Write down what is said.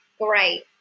great